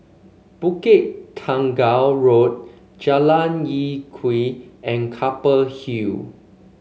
Bukit Tunggal Road Jalan Lye Kwee and Keppel Hill